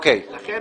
לכן